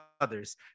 others